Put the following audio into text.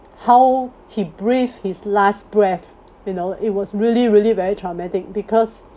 how he breathed his last breath you know it was really really very traumatic because